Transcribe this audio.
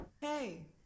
Hey